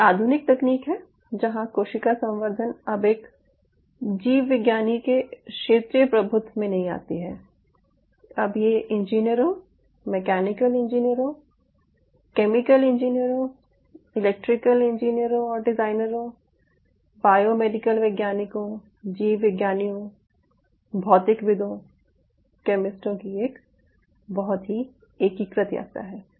ये आधुनिक तकनीक है जहाँ कोशिका संवर्धन अब एक जीवविज्ञानी के क्षेत्रीय प्रभुत्व में नहीं आती है अब यह इंजीनियरों मैकेनिकल इंजीनियरों केमिकल इंजीनियरों इलेक्ट्रिकल इंजीनियरों और डिजाइनरों बायोमेडिकल वैज्ञानिकों जीव विज्ञानियों भौतिकविदों केमिस्टों की एक बहुत ही एकीकृत यात्रा है